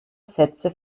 sätze